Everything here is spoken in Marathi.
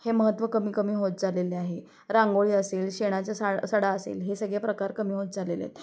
हे महत्त्व कमी कमी होत चालेले आहे रांगोळी असेल शेणाचा सा सडा असेल हे सगळे प्रकार कमी होत चालेले आहेत